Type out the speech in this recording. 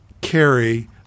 carry